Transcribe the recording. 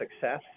success